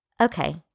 Okay